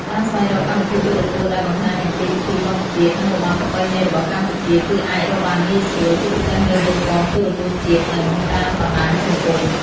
ការស្វែងរកកម្មវិធីទូរទស្សន៍ដែលបង្ហាញអំពីពិធីបុណ្យជាតិ និងរបាំប្រពៃណីរបស់កម្ពុជា គឺអាចរកបានងាយស្រួល ជាពិសេសនៅលើប៉ុស្តិ៍ទូរទស្សន៍ជាតិ និងតាមបណ្តាញសង្គម។